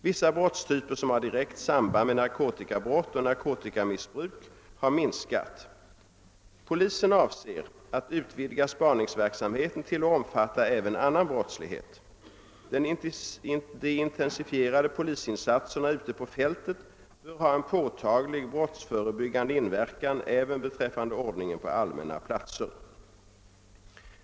Vissa brottstyper, som har direkt samband med narkotikabrott och narkotikamissbruk, har minskat. Polisen avser att utvidga spaningsverksamheten till att omfatta även annan brottslighet. De intensifierade polisinsatserna ute på fältet bör ha en påtaglig brottsförebyggande inverkan även beträffande ordningen på allmänna platser.